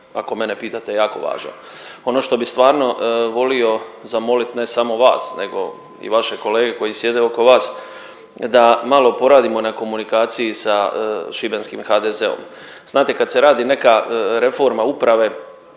ako mene pitate jako važan. Ono što bi stvarno volio zamolit ne samo vas nego i vaše kolege koji sjede oko vas, da malo poradimo na komunikaciji sa šibenskim HDZ-om. Znate kad se radi neka reforma uprave,